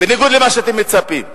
בניגוד למה שאתם מצפים.